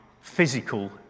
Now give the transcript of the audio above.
physical